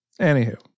Anywho